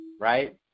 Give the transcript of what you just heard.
right